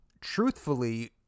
truthfully